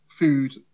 Food